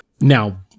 now